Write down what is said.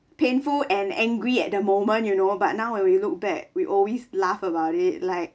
painful and angry at the moment you know but now when we look back we always laugh about it like